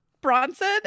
Bronson